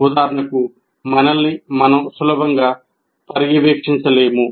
ఉదాహరణకు మనల్ని మనం సులభంగా పర్యవేక్షించలేము